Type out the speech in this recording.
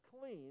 clean